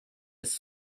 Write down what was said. ist